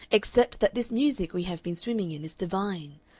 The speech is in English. except that this music we have been swimming in is divine.